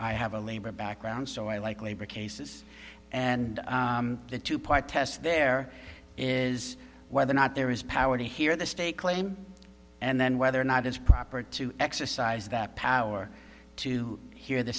i have a labor background so i like labor cases and the two part test there is whether or not there is power to hear the state claim and then whether or not it's proper to exercise that power to hear the